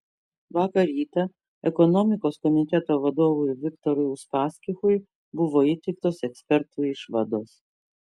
vakar rytą ekonomikos komiteto vadovui viktorui uspaskichui buvo įteiktos ekspertų išvados